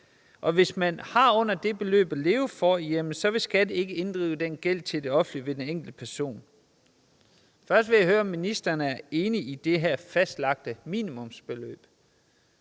Og hvis man har under det beløb at leve for, vil SKAT ikke inddrive gæld til det offentlige hos den enkelte person. Først vil jeg høre, om ministeren er enig i det her fastsatte minimumsbeløb,